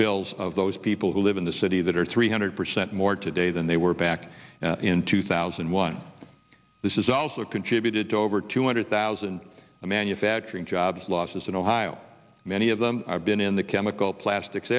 bills of those people who live in the city that are three hundred percent more today than they were back in two thousand and one this is also contributed to over two hundred thousand a manufacturing jobs loss in ohio many of them i've been in the chemical plastics